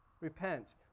Repent